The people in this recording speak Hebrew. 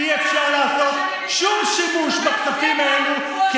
אי-אפשר לעשות שום שימוש בכספים האלה כי